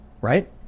right